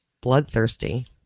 bloodthirsty